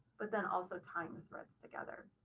but then also tying the threads together.